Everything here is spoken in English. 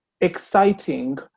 exciting